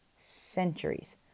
centuries